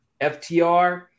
FTR